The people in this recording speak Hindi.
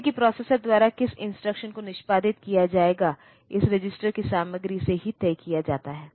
जैसे कि प्रोसेसर द्वारा किस इंस्ट्रक्शन को निष्पादित किया जाएगा इस रजिस्टर की सामग्री से ही तय किया जाता है